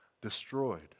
destroyed